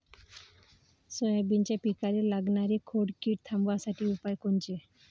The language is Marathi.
सोयाबीनच्या पिकाले लागनारी खोड किड थांबवासाठी उपाय कोनचे?